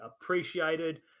appreciated